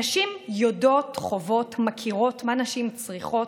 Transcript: נשים יודעות, חוות ומכירות מה נשים צריכות,